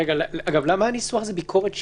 גב, למה הניסוח "ביקורת שיפוטית"?